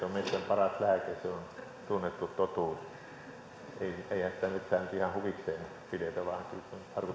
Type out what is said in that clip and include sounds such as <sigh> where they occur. <unintelligible> on metsän paras lääke se on tunnettu totuus eihän sitä metsää nyt ihan huvikseen pidetä vaan